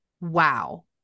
Wow